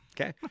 Okay